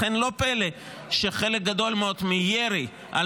לכן לא פלא שחלק גדול מאוד מהירי על